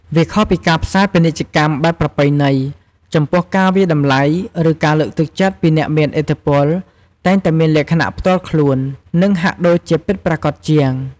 វាខុសពីការផ្សាយពាណិជ្ជកម្មបែបប្រពៃណី ចំពោះការវាយតម្លៃ ឬការលើកទឹកចិត្តពីអ្នកមានឥទ្ធិពលតែងតែមានលក្ខណៈផ្ទាល់ខ្លួន និងហាក់ដូចជាពិតប្រាកដជាង។